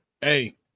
Hey